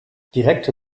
direkte